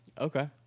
Okay